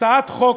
הצעת חוק,